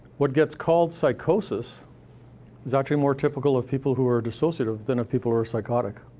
what gets called psychosis is actually more typical of people who are dissociative than of people who are psychotic.